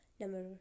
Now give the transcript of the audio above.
Number